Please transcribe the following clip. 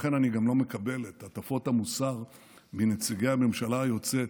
לכן אני גם לא מקבל את הטפות המוסר מנציגי הממשלה היוצאת,